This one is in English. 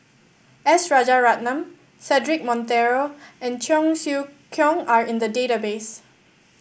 S Rajaratnam Cedric Monteiro and Cheong Siew Keong are in the database